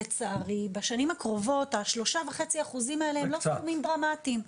בשנים הקרובות השלושה וחצי האחוזים האלה הם לא סכומים דרמטיים.